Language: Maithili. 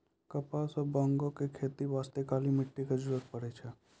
कपास या बांगो के खेती बास्तॅ काली मिट्टी के जरूरत पड़ै छै